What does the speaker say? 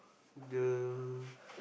the